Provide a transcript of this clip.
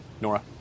Nora